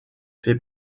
fait